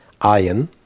iron